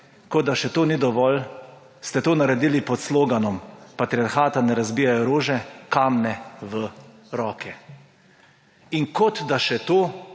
Kot da to še ni dovolj, ste to naredili pod sloganom Patriarhata ne razbijajo rože − kamne v roke. In kot da še to